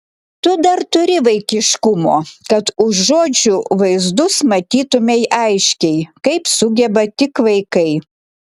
tu dar turi vaikiškumo kad už žodžių vaizdus matytumei aiškiai kaip sugeba tik vaikai